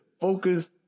Focus